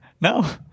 No